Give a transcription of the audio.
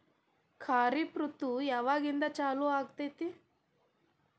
ಖಾರಿಫ್ ಋತು ಯಾವಾಗಿಂದ ಚಾಲು ಆಗ್ತೈತಿ?